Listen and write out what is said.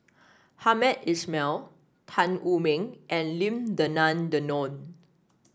Hamed Ismail Tan Wu Meng and Lim Denan Denon